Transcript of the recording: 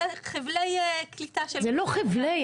חבלי קליטה של --- זה לא חבלי.